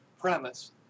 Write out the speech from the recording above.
premise